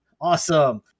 awesome